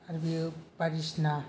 आरो बियो बायदिसिना